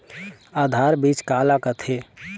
आधार बीज का ला कथें?